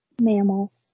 mammals